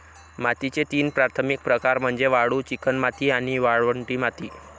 मातीचे तीन प्राथमिक प्रकार म्हणजे वाळू, चिकणमाती आणि वाळवंटी माती